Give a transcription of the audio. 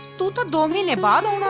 don't and i mean bother